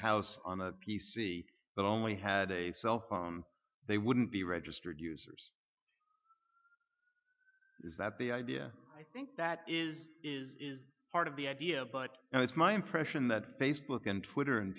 house on a p c but only had a cell phone they wouldn't be registered users is that the idea i think that is is is part of the idea but now it's my impression that facebook and twitter and